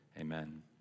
Amen